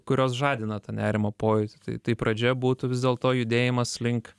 kurios žadina tą nerimo pojūtį tai tai pradžia būtų vis dėlto judėjimas link